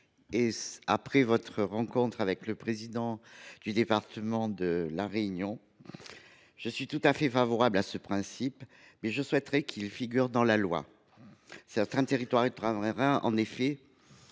en avoir discuté avec le président du conseil départemental de La Réunion. Je suis tout à fait favorable à ce principe, mais je souhaiterais qu’il figure dans la loi. Certains territoires ultramarins, en effet,